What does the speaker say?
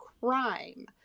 crime